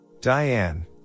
Diane